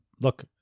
look